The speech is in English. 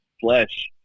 flesh